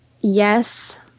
yes